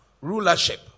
rulership